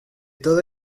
toda